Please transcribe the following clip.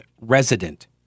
resident